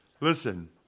listen